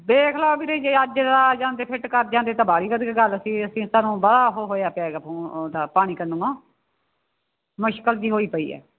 ਦੇਖ ਲਾ ਵੀਰੇ ਜੇ ਅੱਜ ਆ ਜਾਂਦੇ ਫਿੱਟ ਕਰ ਜਾਂਦੇ ਤਾਂ ਵਾਹਲੀ ਵਧੀਆ ਗੱਲ ਸੀ ਅਸੀਂ ਸਾਨੂੰ ਵਾਹਲਾ ਉਹ ਹੋਇਆ ਪਿਆ ਗਾ ਫੋ ਉਹਦਾ ਪਾਣੀ ਕੰਨਵੋਂ ਮੁਸ਼ਕਿਲ ਜਿਹੀ ਹੋਈ ਪਈ ਆ